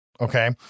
okay